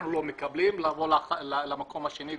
אנחנו לא מקבלים ולעבור למקום השני והשלישי.